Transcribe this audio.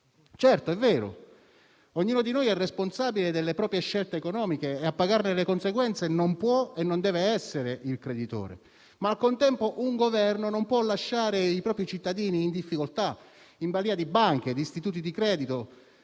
Certo, è vero, ognuno di noi è responsabile delle proprie scelte economiche e a pagarne le conseguenze non può e non deve essere il creditore, ma, al contempo, un Governo non può lasciare i propri cittadini in difficoltà, in balia di banche, istituti di credito